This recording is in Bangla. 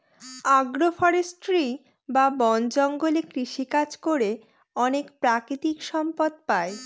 আগ্র ফরেষ্ট্রী বা বন জঙ্গলে কৃষিকাজ করে অনেক প্রাকৃতিক সম্পদ পাই